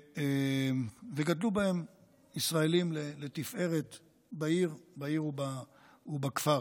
וגדלו בו ישראלים לתפארת בעיר ובכפר.